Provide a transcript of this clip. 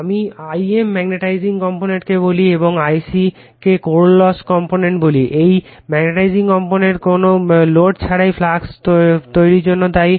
আমি Im magnetising কম্পোনেন্টকে বলি এবং Ic কে কোর লস কম্পোনেন্ট বলি এই ম্যাগনেটাইজিং কম্পোনেন্ট কোন লোড ছাড়াই ফ্লাক্স তৈরির জন্য দায়ী